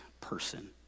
person